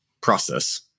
process